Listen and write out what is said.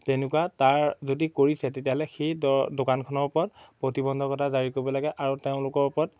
তেনেকুৱা তাৰ যদি কৰিছে তেতিয়াহ'লে সেই দোকানখনৰ ওপৰত প্ৰতিবন্ধকতা জাৰি কৰিব লাগে আৰু তেওঁলোকৰ ওপৰত